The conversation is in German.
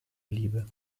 liebe